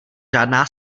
žádná